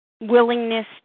willingness